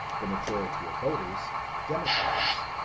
the majority of voters democrats.